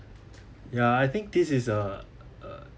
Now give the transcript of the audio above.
ya I think this is a uh